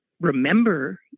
remember